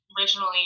originally